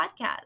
podcast